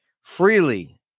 freely